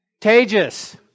contagious